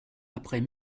après